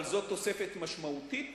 אבל זו תוספת משמעותית